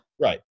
Right